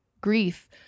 grief